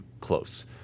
close